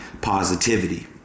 positivity